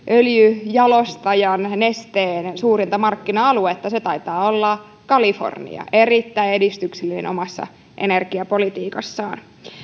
öljynjalostajan nesteen suurinta markkina aluetta se taitaa olla kalifornia erittäin edistyksellinen omassa energiapolitiikassaan